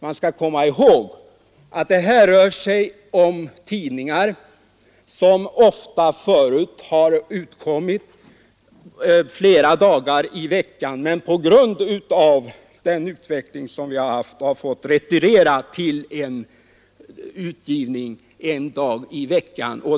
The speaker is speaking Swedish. Man skall komma ihåg att det här rör sig om tidningar som förut ofta har utkommit flera dagar i veckan men på grund av den utveckling som vi har haft har fått retirera till utgivning en dag i veckan.